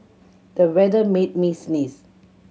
the weather made me sneeze